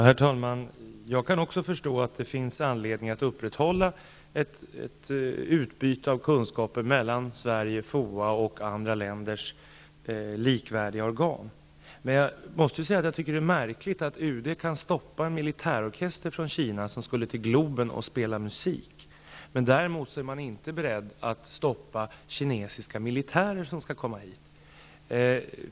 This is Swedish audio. Herr talman! Jag kan också förstå att det finns anledning att upprätthålla ett utbyte av kunskaper mellan Sveriges FOA och andra länders motsvarande organ. Jag måste säga att jag tycker att det är märkligt att UD kan stoppa en militärorkester från Kina som skulle till Globen och spela musik. Däremot är man inte beredd att stoppa kinesiska militärer som skall komma hit.